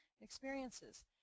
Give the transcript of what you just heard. experiences